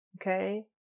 okay